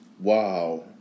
Wow